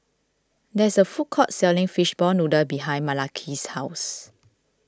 there is a food court selling Fishball Noodle behind Malaki's house